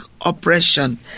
oppression